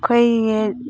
ꯑꯩꯈꯣꯏꯒꯤ